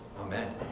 Amen